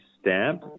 stamp